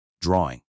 drawing